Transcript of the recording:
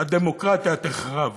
הדמוקרטיה תחרב.